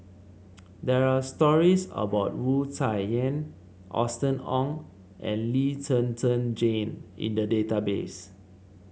there are stories about Wu Tsai Yen Austen Ong and Lee Zhen Zhen Jane in the database